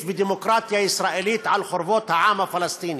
ודמוקרטיה ישראלית על חורבות העם הפלסטיני.